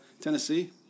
Tennessee